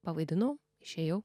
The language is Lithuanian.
pavaidinau išėjau